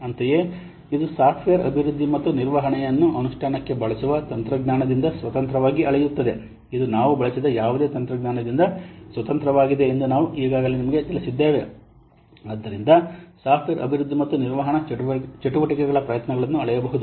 ಅಂತೆಯೇ ಇದು ಸಾಫ್ಟ್ವೇರ್ ಅಭಿವೃದ್ಧಿ ಮತ್ತು ನಿರ್ವಹಣೆಯನ್ನು ಅನುಷ್ಠಾನಕ್ಕೆ ಬಳಸುವ ತಂತ್ರಜ್ಞಾನದಿಂದ ಸ್ವತಂತ್ರವಾಗಿ ಅಳೆಯುತ್ತದೆ ಇದು ನಾವು ಬಳಸಿದ ಯಾವುದೇ ತಂತ್ರಜ್ಞಾನದಿಂದ ಸ್ವತಂತ್ರವಾಗಿದೆ ಎಂದು ನಾವು ಈಗಾಗಲೇ ನಿಮಗೆ ತಿಳಿಸಿದ್ದೇವೆ ಅದಕ್ಕಾಗಿಯೇ ಇದು ಸಾಫ್ಟ್ವೇರ್ ಅಭಿವೃದ್ಧಿ ಮತ್ತು ನಿರ್ವಹಣಾ ಚಟುವಟಿಕೆಗಳ ಪ್ರಯತ್ನಗಳನ್ನು ಅಳೆಯಬಹುದು